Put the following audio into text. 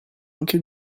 anche